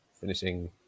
finishing